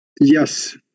Yes